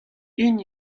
int